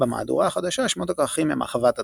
במהדורה החדשה שמות הכרכים הם "אחוות הטבעת",